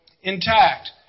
intact